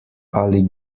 ali